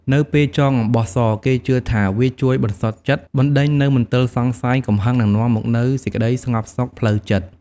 នៅពេលចងអំបោះស គេជឿថាវាជួយ បន្សុទ្ធចិត្ត បណ្ដេញនូវមន្ទិលសង្ស័យ កំហឹង និងនាំមកនូវសេចក្តីស្ងប់សុខផ្លូវចិត្ត។